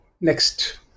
next